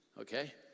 okay